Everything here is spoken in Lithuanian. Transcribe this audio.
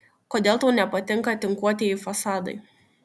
kodėl tau nepatinka tinkuotieji fasadai